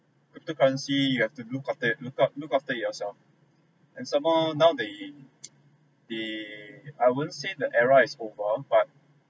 cryptocurrency you have to look after it look out look after yourself and some more now they they I won't say the era is over but